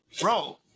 bro